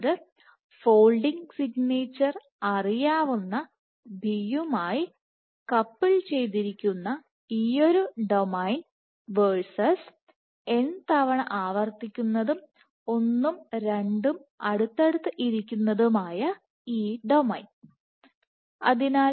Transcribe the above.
അതായത് unfolding signature അറിയാവുന്ന B യുമായി കപ്പിൾ ചെയ്തിരിക്കുന്ന ഈയൊരു ഡൊമൈൻ വേഴ്സസ് n തവണ ആവർത്തിക്കുന്നതും ഒന്നും രണ്ടും അടുത്തടുത്ത് ഇരിക്കുന്നതും ആയ ഡൊമൈൻ താരതമ്യം ചെയ്യാം